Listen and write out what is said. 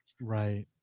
Right